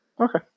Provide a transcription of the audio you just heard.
Okay